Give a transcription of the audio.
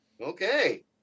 Okay